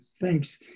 Thanks